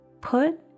Put